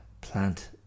plant